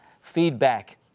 feedback